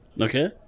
okay